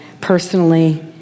personally